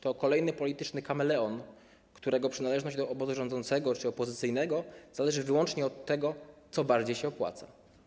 To kolejny polityczny kameleon, którego przynależność do obozu rządzącego czy opozycyjnego zależy wyłącznie od tego, co bardziej się opłaca.